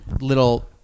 little